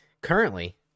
currently